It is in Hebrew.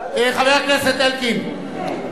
חבר הכנסת אלקין.